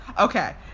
Okay